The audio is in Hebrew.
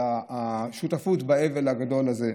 על השותפות באבל הגדול הזה.